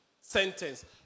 sentence